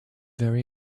very